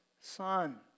Son